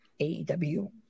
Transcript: AEW